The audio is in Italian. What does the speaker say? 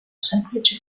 semplice